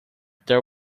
there